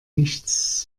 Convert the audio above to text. nichts